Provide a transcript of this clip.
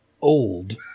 old